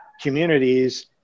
communities